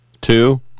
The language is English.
Two